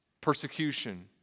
persecution